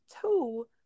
Two